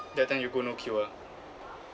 that time you go no queue ah